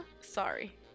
Sorry